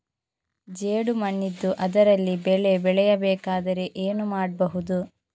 ಜೇಡು ಮಣ್ಣಿದ್ದು ಅದರಲ್ಲಿ ಬೆಳೆ ಬೆಳೆಯಬೇಕಾದರೆ ಏನು ಮಾಡ್ಬಹುದು?